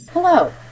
Hello